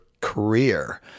career